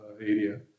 area